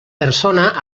persona